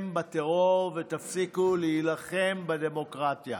להילחם בטרור ותפסיקו להילחם בדמוקרטיה?